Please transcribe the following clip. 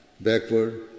backward